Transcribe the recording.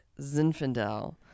Zinfandel